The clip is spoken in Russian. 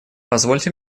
позвольте